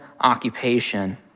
occupation